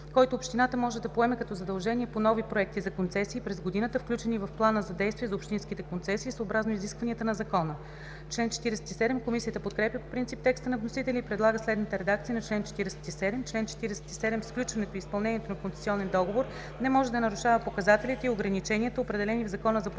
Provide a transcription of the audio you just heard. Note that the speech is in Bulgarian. който общината може да поеме като задължение по нови проекти за концесии през годината, включени в плана за действие за общинските концесии, съобразно изискванията на Закона.“ Комисията подкрепя по принцип текста на вносителя и предлага следната редакция на чл. 47: „Чл. 47. Сключването и изпълнението на концесионен договор не може да нарушава показателите и ограниченията, определени в Закона за публичните